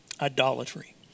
idolatry